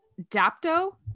Dapto